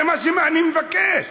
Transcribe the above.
זה מה שאני מבקש.